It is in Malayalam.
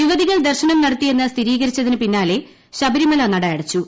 യുവതികൾ ദർശനം നടത്തിയെന്ന് സ്ഥിരീകരിച്ചതിന് പിന്നാലെ ശബരിമല നട അടച്ചു